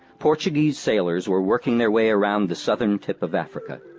portuguese sailors were working their way around the southern tip of africa.